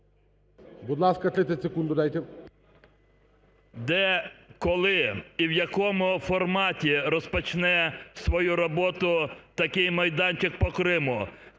Де, коли і в якому форматі розпочне свою роботу такий майданчик по Криму?